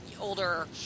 older